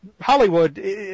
Hollywood